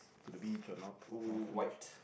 to the beach or north north beach